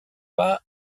pas